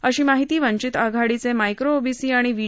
अशी माहिती वंचित आघाडीचे मायक्रो ओबीसी आणि व्ही